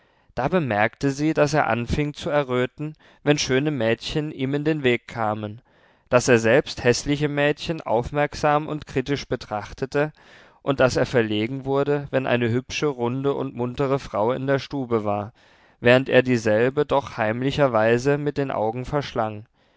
da bemerkte sie daß er anfing zu erröten wenn schöne mädchen ihm in den weg kamen daß er selbst häßliche mädchen aufmerksam und kritisch betrachtete und daß er verlegen wurde wenn eine hübsche runde und muntere frau in der stube war während er dieselbe doch heimlicherweise mit den augen verschlang